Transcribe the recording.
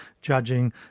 judging